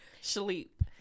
sleep